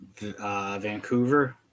Vancouver